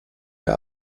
der